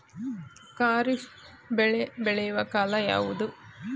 ಖಾರಿಫ್ ಬೆಳೆ ಬೆಳೆಯುವ ಕಾಲ ಯಾವುದು?